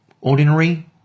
ordinary